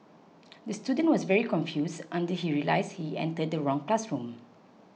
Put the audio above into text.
the student was very confused until he realised he entered the wrong classroom